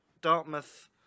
Dartmouth